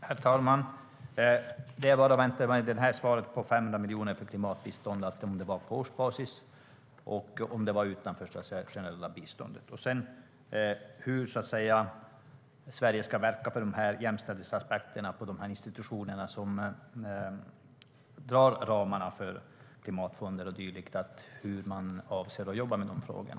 Herr talman! Jag undrar om svaret 500 miljoner till klimatbistånd är på årsbasis och om det är utanför det generella biståndet. Hur ska Sverige verka för jämställdhetsaspekterna i de institutioner som sätter ramarna för klimatfonder och dylikt? Hur avser man att jobba med de frågorna?